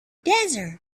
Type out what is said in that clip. desert